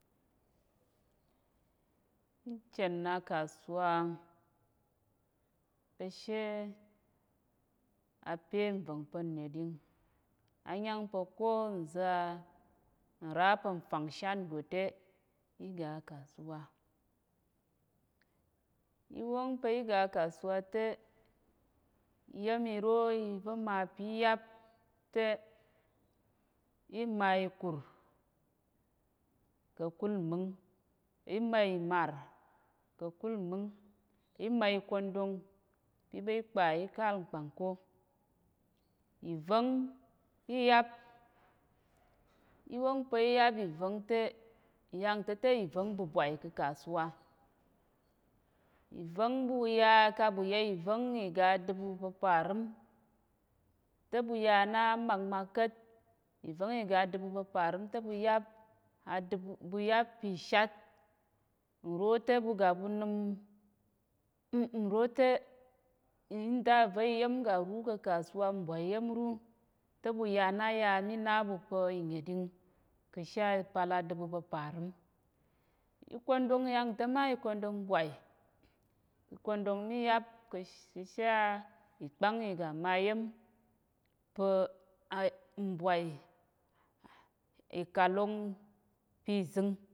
Ichen a kasuwa kashe ape nvəng pa̱ nyeɗing anyangpa̱ ko nza nra pa̱ fangshat ngote iga kasuwa. iwong pi ga kasuwate iyemiro iva̱ ma piyap te ima ikur kakul mmìng ima imar kakul kakul mmìng ima ikondong iɓi pka ikal nkpang ko ìvá̱ng iyap, iwongpa̱ iya ìvá̱ngte yangta̱te ìvá̱ng bubwai ka̱ kasuwa, ìvá̱ng buya kaɓu ye ìvá̱ng iga dubu pa̱ parim ta̱ɓu yana makmak ka̱t ìvá̱ng iga dubu pa̱ parim ta̱ɓuyap adubu ɓuyap pishat nrote ɓugaɓu nim nrote ndava̱ iyem garu ka kasuwa mbwai iyem ru teɓuya naya mi naɓu pa̱ inyeɗing ka̱she pal adubu pa̱ parim ikondong yangta̱ma ikondong bwai ikondong miyap kishi a ikpang. iga mayem pa̱ a nbwai ikalong pizing.